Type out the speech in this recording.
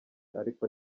ariko